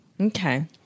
Okay